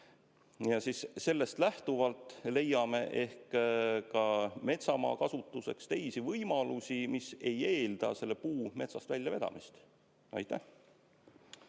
Sellest lähtuvalt leiame ehk ka metsamaa kasutuseks teisi võimalusi, mis ei eelda selle puu metsast välja vedamist. Ja